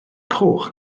coch